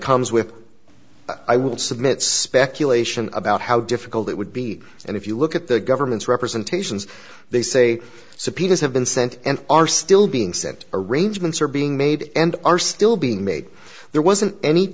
comes with i would submit speculation about how difficult it would be and if you look at the government's representations they say subpoenas have been sent and are still being sent arrangements are being made and are still being made there wasn't any